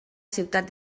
ciutat